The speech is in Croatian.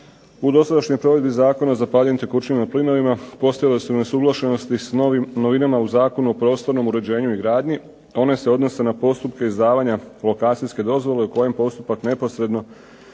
U dosadašnjoj provedbi Zakona o zapaljivim tekućinama i plinovima postojale su neusuglašenosti sa novim novinama u zakonu o prostornom uređenju i gradnji, a one se odnose na postupke izdavanje lokacijske dozvole u kojoj postupak neposredno